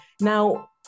Now